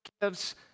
gives